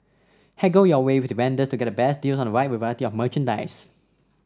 haggle your way with the vendors to get the best deals on a wide variety of merchandise